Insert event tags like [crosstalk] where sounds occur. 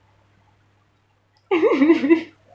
[laughs]